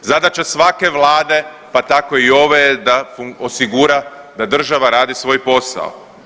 Zadaća svake vlade pa tako i ove je da osigura da država radi svoj posao.